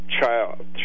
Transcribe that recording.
child